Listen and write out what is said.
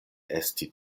esti